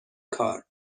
کار